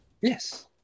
yes